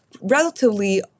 relatively